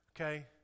okay